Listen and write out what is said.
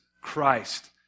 Christ